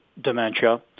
dementia